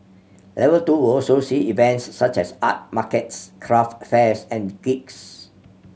level two also see events such as art markets craft fairs and gigs